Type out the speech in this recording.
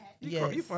Yes